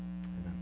Amen